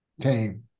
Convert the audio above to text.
team